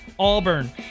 Auburn